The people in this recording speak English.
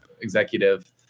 executive